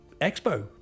expo